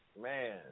man